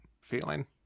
feeling